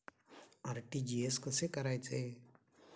RTGS कसे करायचे?